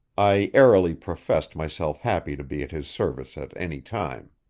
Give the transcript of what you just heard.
i airily professed myself happy to be at his service at any time.